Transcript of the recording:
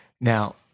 Now